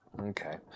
Okay